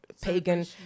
pagan